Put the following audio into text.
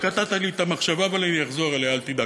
קטעת לי את המחשבה, אבל אני אחזור אליה, אל תדאג.